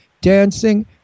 dancing